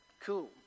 Cool